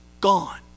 gone